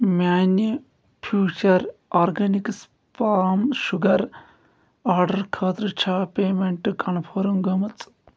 میانہِ future organics palm sugar order خٲطرٕ چھا پیمیٚنٹ کنفٔرم گٔمٕژ